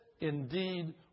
indeed